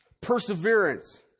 perseverance